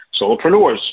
Solopreneurs